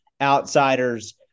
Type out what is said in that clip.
outsiders